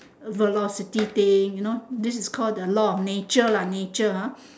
velocity thing you know this is call the law of nature lah nature ah